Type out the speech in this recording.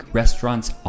restaurant's